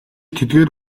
тэдгээр